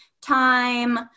time